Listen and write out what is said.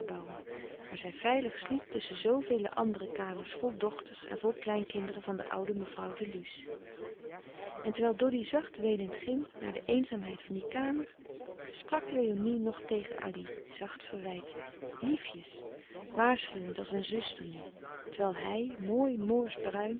waar zij veilig sliep tusschen zoovele andere kamers vol dochters en vol kleinkinderen van de oude mevrouw de luce en terwijl doddy zacht weenend ging naar de eenzaamheid van die kamer sprak léonie nog tegen addy zacht verwijtend liefjes waarschuwend als een zuster nu terwijl hij mooi moorsch bruin